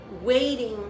waiting